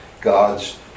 God's